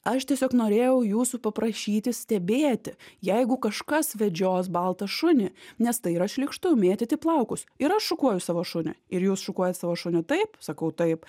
aš tiesiog norėjau jūsų paprašyti stebėti jeigu kažkas vedžios baltą šunį nes tai yra šlykštu mėtyti plaukus ir aš šukuoju savo šunį ir jūs šukuojate savo šunį taip sakau taip